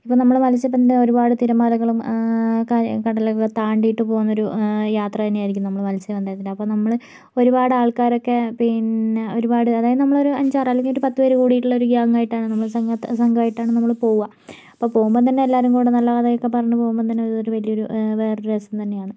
നമ്മള് മത്സ്യ ബന്ധനം ഒരുപാട് തിരമാലകളും കടലുകൾ താണ്ടിയിട്ട് പോകുന്നൊരു യാത്ര തന്നെയായിരിക്കും നമ്മള് മത്സ്യ ബന്ധനത്തിനു അപ്പോൾ നമ്മള് ഒരുപാടാൾക്കാരൊക്കെ പിന്നെ ഒരുപാട് പിന്നെ അതായത് നമ്മളൊരു അഞ്ചാറ് അല്ലെങ്കിൽ ഒരു പത്തു പേര് കൂടിട്ടുള്ള ഗ്യാങ്ങായിട്ടാണ് ഒരു സംഘായിട്ടാണ് നമ്മള് പോവാ അപ്പോൾ പോവുമ്പം തന്നെ എല്ലാവരും കൂടെ നല്ല കഥയൊക്കെ പറഞ്ഞു പോവുമ്പം അതുതന്ന വലിയൊരു വേറെ രസം തന്നെയാണ്